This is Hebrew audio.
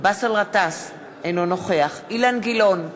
באסל גטאס, אינו נוכח אילן גילאון,